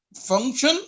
function